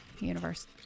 Universe